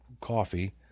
coffee